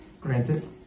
granted